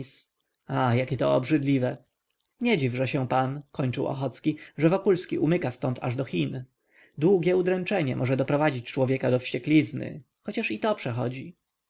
aaa jakie to obrzydliwe nie dziwże się pan kończył ochocki że wokulski umyka ztąd aż do chin długie udręczenie może doprowadzić człowieka do wścieklizny chociaż i to przechodzi